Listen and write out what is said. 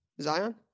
Zion